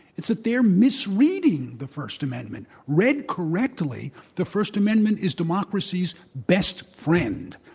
it's that they're misreading the first amendment. read directly, the first amendment is democracy's best friend.